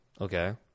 Okay